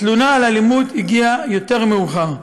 התלונה על אלימות הגיעה יותר מאוחר.